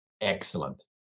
Excellent